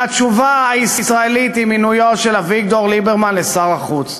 והתשובה הישראלית היא מינויו של אביגדור ליברמן לשר החוץ.